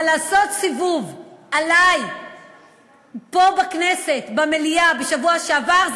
אבל לעשות סיבוב עלי פה בכנסת במליאה בשבוע שעבר,